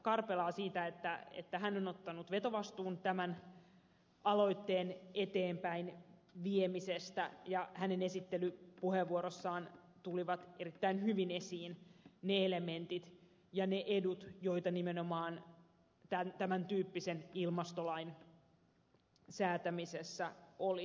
karpelaa siitä että hän on ottanut vetovastuun tämän aloitteen eteenpäinviemisestä ja hänen esittelypuheenvuorossaan tulivat erittäin hyvin esiin ne elementit ja ne edut joita nimenomaan tämän tyyppisen ilmastolain säätämisessä olisi